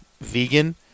vegan